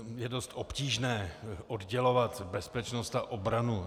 Je dost obtížné oddělovat bezpečnost a obranu.